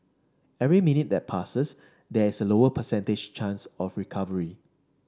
every minute that passes there is a lower percentage chance of recovery